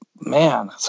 man